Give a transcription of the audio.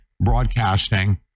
broadcasting